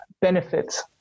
benefits